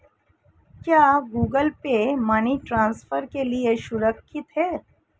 क्या Google Pay money transfer के लिए सुरक्षित है?